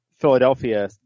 Philadelphia